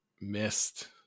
missed